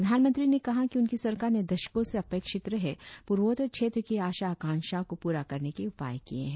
प्रधानमंत्री ने कहा उनकी सरकार ने दशकों से उपेक्षित रहे पूर्वोत्तर क्षेत्र की आशा आकांक्षाओं को पूरा करने के उपाय किए हैं